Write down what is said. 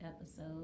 episode